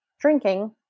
drinking